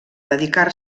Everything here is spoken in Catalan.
dedicar